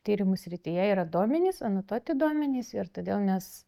tyrimų srityje yra duomenys anotuoti duomenys ir todėl mes